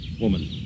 woman